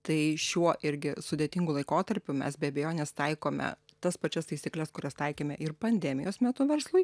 tai šiuo irgi sudėtingu laikotarpiu mes be abejonės taikome tas pačias taisykles kurias taikėme ir pandemijos metu verslui